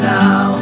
now